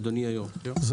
זה